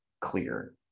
clear